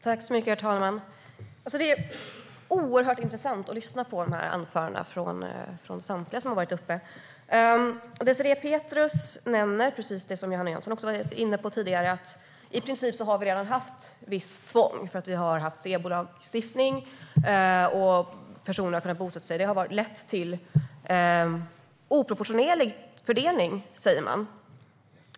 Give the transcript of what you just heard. Herr talman! Det har varit intressant att lyssna på anförandena från samtliga som har varit uppe i debatten. Désirée Pethrus nämner det som också Johanna Jönsson var inne på tidigare, nämligen att vi i princip redan har haft visst tvång. Vi har haft EBO-lagstiftningen, och personer har kunnat bosätta sig var de vill. Det har lett till en oproportionerlig fördelning, säger man.